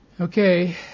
Okay